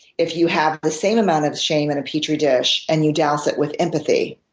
if you have the same amount of shame in a petri dish and you douse it with empathy,